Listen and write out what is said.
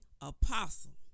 Apostle